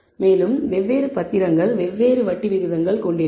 மேலும் வெவ்வேறு பான்ட்கள் வெவ்வேறு வட்டி விகிதங்கள் கொண்டிருக்கும்